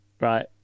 Right